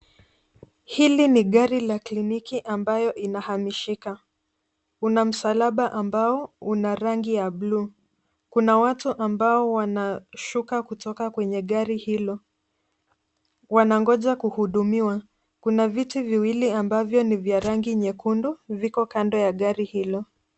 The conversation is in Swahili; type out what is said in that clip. Hili ni gari la kliniki ambayo inahamishika. Kuna msalaba ambao una rangi ya buluu, kuna watu ambao wanashuka kutoka kwenye gari hilo, wanagonja kuhudumia. Kuna viti viwili ambavyo ni vya rangi nyekundu viko kando ya gari hilo.